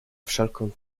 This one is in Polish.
wszelką